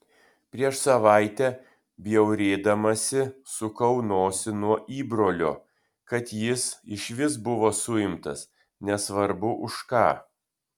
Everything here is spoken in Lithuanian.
prieš savaitę bjaurėdamasi sukau nosį nuo įbrolio kad jis išvis buvo suimtas nesvarbu už ką